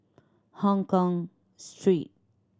Hongkong Street